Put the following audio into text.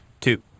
two